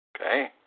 Okay